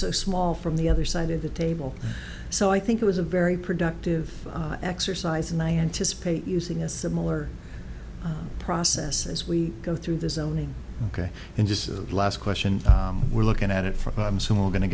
so small from the other side of the table so i think it was a very productive exercise and i anticipate using a similar process as we go through the zoning ok and just last question we're looking at it from so i'm going to